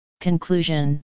Conclusion